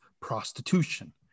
prostitution